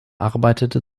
arbeitete